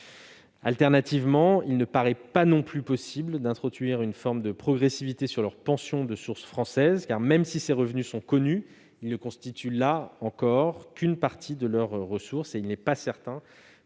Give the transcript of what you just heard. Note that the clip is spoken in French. Par ailleurs, il ne paraît pas non plus possible d'introduire une forme de progressivité sur leur pension de source française, car, même si ses revenus sont connus, ils ne constituent là encore qu'une partie de leurs ressources. Il n'est pas certain